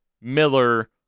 Miller